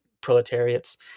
proletariats